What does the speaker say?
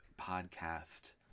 podcast